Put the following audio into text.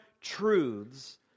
truths